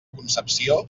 concepció